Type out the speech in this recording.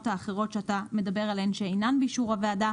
האחרות שאתה מדבר עליהן שאינן באישור הוועדה,